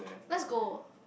let's go